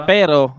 Pero